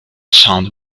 sound